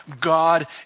God